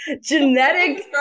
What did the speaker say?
genetic